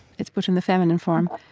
it's put in the feminine form,